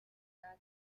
даа